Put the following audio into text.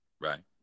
right